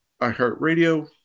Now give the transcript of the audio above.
iHeartRadio